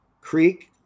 creek